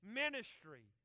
ministry